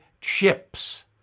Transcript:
chips